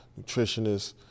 nutritionists